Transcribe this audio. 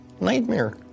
nightmare